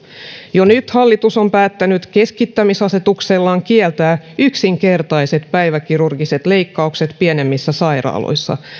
jo nyt hallitus on päättänyt keskittämisasetuksellaan kieltää yksinkertaiset päiväkirurgiset leikkaukset pienemmissä sairaaloissa